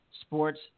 sports